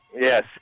Yes